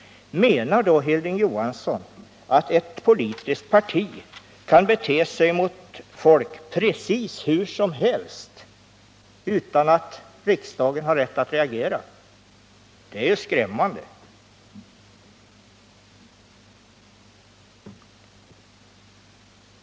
Menar då Hilding Johansson att ett politiskt parti kan bete sig mot folk precis hur som helst utan att riksdagen har rätt att reagera? Det är skrämmande.